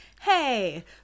hey